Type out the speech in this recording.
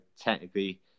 technically